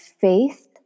faith